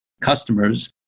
customers